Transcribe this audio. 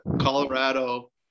Colorado